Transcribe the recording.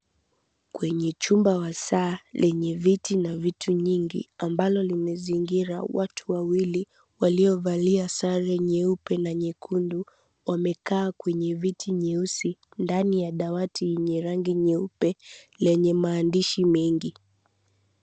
Kwenye chumba wa saa lenye viti na vitu nyingi ambalo limezingira watu wawili walio valia sare nyeupe na nyekundu wamekaa kwenye viti nyeusi ndani ya dawati yenye rangi nyeupe lenye maandishi mengi.